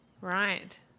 Right